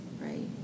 right